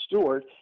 Stewart